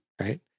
Right